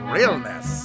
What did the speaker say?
Realness